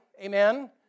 Amen